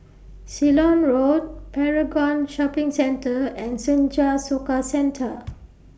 Ceylon Road Paragon Shopping Centre and Senja Soka Centre